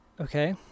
Okay